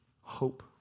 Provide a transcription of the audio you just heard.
hope